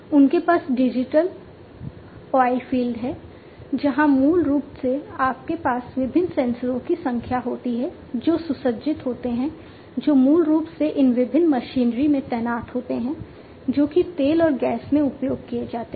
उनके पास digital oilfield है जहाँ मूल रूप से आपके पास विभिन्न सेंसरों की संख्या होती है जो सुसज्जित होते हैं जो मूल रूप से इन विभिन्न मशीनरी में तैनात होते हैं जो कि तेल और गैस में उपयोग किए जाते हैं